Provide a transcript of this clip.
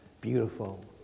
beautiful